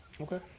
okay